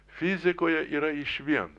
fizikoje yra išvien